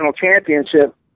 championship